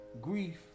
grief